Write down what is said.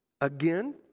again